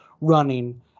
running